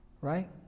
Right